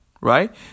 right